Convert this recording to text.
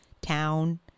town